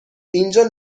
اینجا